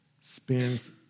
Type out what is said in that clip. spends